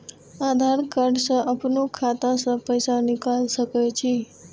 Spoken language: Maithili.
आधार कार्ड से अपनो खाता से पैसा निकाल सके छी?